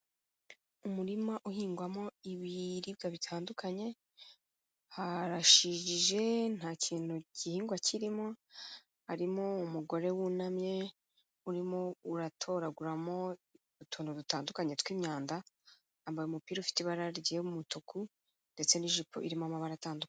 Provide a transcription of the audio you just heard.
Umurima uhingwamo ibiribwa bitandukanye, harashijije nta kintu gihingwa kirimo, harimo umugore wunamye, urimo uratoraguramo utuntu dutandukanye tw'imyanda, yambaye umupira ufite ibara ry'umutuku ndetse n'ijipo irimo amabara atandu...